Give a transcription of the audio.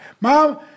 Mom